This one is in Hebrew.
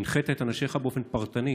והנחית את אנשיך באופן פרטני